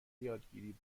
یادگیری